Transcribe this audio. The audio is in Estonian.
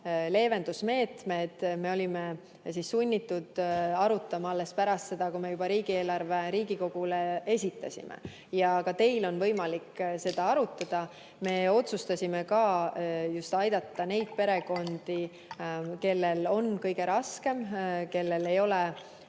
leevendusmeetmeid me olime sunnitud arutama alles pärast seda, kui me juba riigieelarve Riigikogule olime esitanud. Ka teil on võimalik seda arutada. Me otsustasime aidata just neid perekondi, kellel on kõige raskem, kellel ei ole